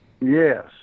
Yes